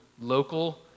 local